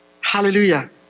Hallelujah